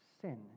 Sin